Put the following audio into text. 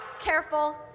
Careful